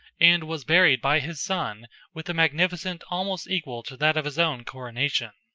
and was buried by his son with a magnificence almost equal to that of his own coronation.